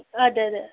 അതെയതെ